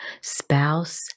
spouse